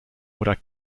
oder